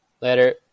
Later